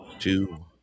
Two